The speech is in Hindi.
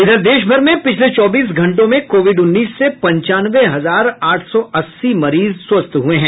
इधर देशभर में पिछले चौबीस घंटों में कोविड उन्नीस से पंचानवे हजार आठ सौ अस्सी मरीज स्वस्थ हुए हैं